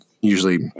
usually